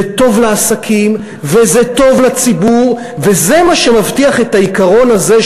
זה טוב לעסקים וזה טוב לציבור וזה מה שמבטיח את העיקרון הזה,